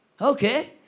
okay